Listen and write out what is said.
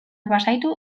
bazaitu